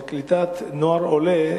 קליטת נוער עולה,